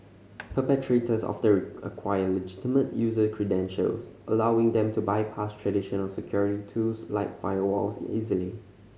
perpetrators often acquire legitimate user credentials allowing them to bypass traditional security tools like firewalls easily